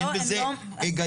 אין בזה היגיון.